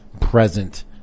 present